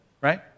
right